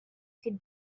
could